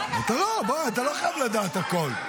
בוא, אתה לא חייב לדעת הכול.